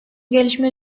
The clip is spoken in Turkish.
gelişme